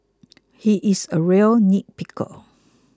he is a real nitpicker